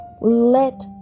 Let